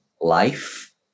life